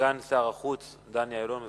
סגן שר החוץ דני אילון.